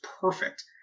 perfect